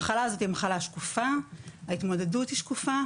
חבר'ה, פשוט יש לי הרצאה בפרקליטות